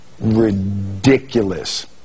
ridiculous